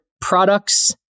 products